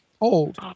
old